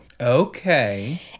okay